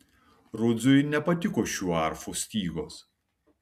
rudziui nepatiko šių arfų stygos